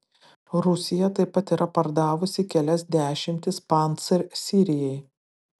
rusija taip pat yra pardavusi kelias dešimtis pancyr sirijai